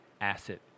asset